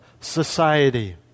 society